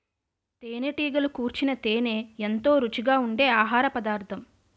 తేనెటీగలు కూర్చిన తేనే ఎంతో రుచిగా ఉండె ఆహారపదార్థం